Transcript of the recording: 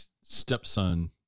stepson